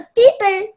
people